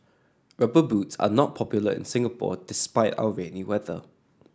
rubber boots are not popular in Singapore despite our rainy weather